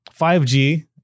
5G